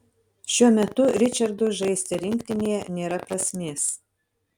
šiuo metu ričardui žaisti rinktinėje nėra prasmės